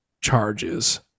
charges